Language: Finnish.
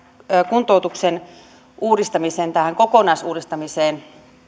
kuntoutuksen kokonaisuudistamiseen